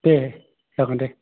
दे जागोन दे